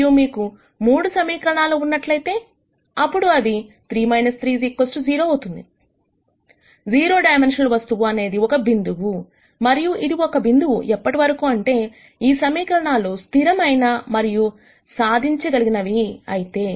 మరియు మీకు మూడు సమీకరణాలు ఉన్నట్లయితే అప్పుడు ఇది 3 30 అవుతుంది0 డైమన్షనల్ వస్తువు అనేది ఒక బిందువుమరియు ఇది ఒక బిందువు ఎప్పటివరకు అంటే ఈ 3 సమీకరణాలు స్థిరమైన మరియు సాధించగలిగినవి అయితే